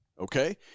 Okay